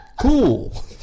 Cool